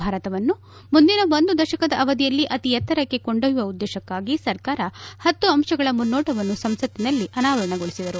ಭಾರತವನ್ನು ಮುಂದಿನ ಒಂದು ದಶಕದ ಅವಧಿಯಲ್ಲಿ ಅತೀ ಎತ್ತರಕ್ಕೆ ಕೊಂಡೋಯ್ಯುವ ಉದ್ಲೇಶಕ್ನಾಗಿ ಸರ್ಕಾರ ಹತ್ತು ಅಂಶಗಳ ಮುನ್ನೋಟವನ್ನು ಸಂಸತ್ತಿನಲ್ಲಿ ಅನಾವರಣಗೊಳಿಸಿದರು